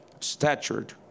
statured